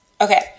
Okay